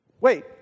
Wait